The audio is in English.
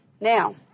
Now